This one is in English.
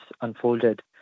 unfolded